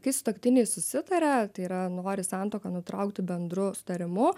kai sutuoktiniai susitaria tai yra nori santuoką nutraukti bendru sutarimu